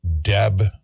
Deb